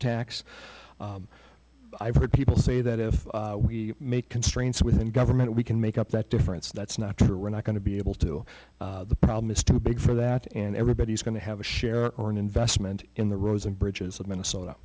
tax i've heard people say that if we make constraints within government we can make up that difference that's not true we're not going to be able to the problem is too big for that and everybody's going to have a share or an investment in the roads and bridges of minnesota